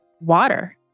water